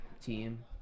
team